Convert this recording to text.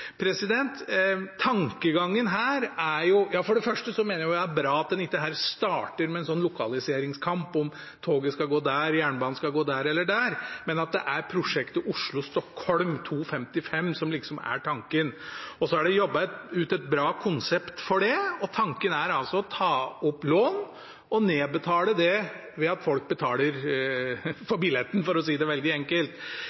For det første mener jeg det er bra at en ikke her starter med en lokaliseringskamp om toget skal gå der, om jernbanen skal gå der eller der, men at det er prosjektet Oslo–Stockholm 2.55 som er tanken. Så er det jobbet ut et bra konsept for det, og tanken er altså å ta opp lån og nedbetale det ved at folk betaler